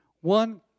One